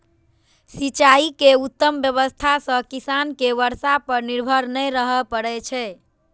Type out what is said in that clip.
सिंचाइ के उत्तम व्यवस्था सं किसान कें बर्षा पर निर्भर नै रहय पड़ै छै